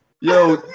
yo